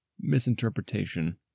misinterpretation